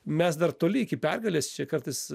mes dar toli iki pergalės čia kartais